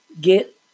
get